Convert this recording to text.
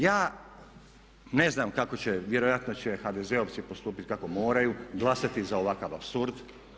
Ja ne znam kako će, vjerojatno će HDZ-ovci postupiti kako moraju, glasati za ovakav apsurd.